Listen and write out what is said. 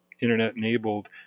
internet-enabled